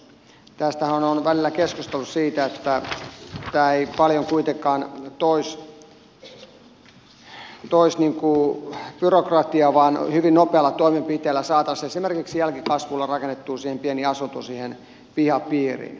tästähän on välillä keskusteltu että tämä ei paljon kuitenkaan toisi byrokratiaa vaan hyvin nopeilla toimenpiteillä saataisiin esimerkiksi jälkikasvulle rakennettua pieni asunto siihen pihapiiriin